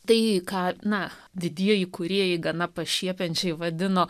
tai ką na didieji kūrėjai gana pašiepiančiai vadino